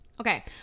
Okay